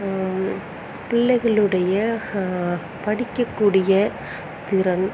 பிள்ளைகளுடைய படிக்கக்கூடிய திறன்